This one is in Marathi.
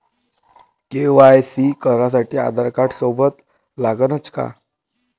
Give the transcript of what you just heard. के.वाय.सी करासाठी आधारकार्ड सोबत लागनच का?